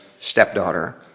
stepdaughter